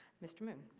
mr. moon.